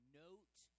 note